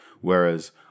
Whereas